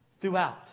throughout